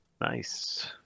Nice